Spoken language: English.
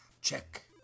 Check